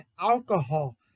alcohol